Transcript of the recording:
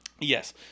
Yes